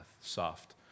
soft